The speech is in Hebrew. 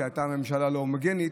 כשאתה בממשלה לא הומוגנית,